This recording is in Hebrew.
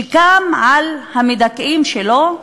שקם על המדכאים שלו,